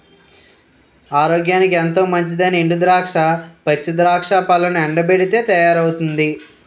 ఆరోగ్యానికి ఎంతో మంచిదైనా ఎండు ద్రాక్ష, పచ్చి ద్రాక్ష పళ్లను ఎండబెట్టితే తయారవుతుంది